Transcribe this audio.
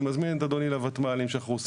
אני מזמין את אדוני לראות מה אנחנו עושים.